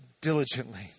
diligently